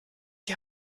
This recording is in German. die